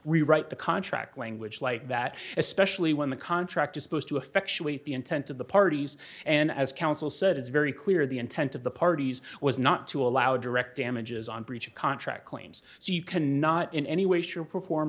rewrite the contract language like that especially when the contract is supposed to effectuate the intent of the parties and as counsel said it's very clear the intent of the parties was not to allow direct damages on breach of contract claims so you cannot in any way sure perform